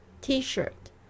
T-shirt